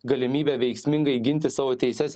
galimybę veiksmingai ginti savo teises